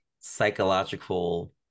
psychological